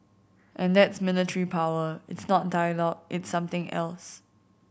and that's military power it's not dialogue it's something else